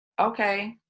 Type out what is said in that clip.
okay